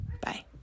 Bye